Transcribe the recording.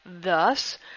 Thus